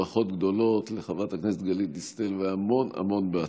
ברכות גדולות לחברת הכנסת גלית דיסטל והמון המון הצלחה.